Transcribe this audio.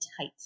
tight